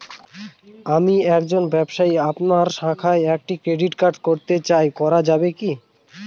আমি একজন ব্যবসায়ী আপনার শাখায় একটি ক্রেডিট কার্ড করতে চাই করা যাবে কি?